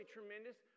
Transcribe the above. tremendous